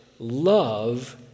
Love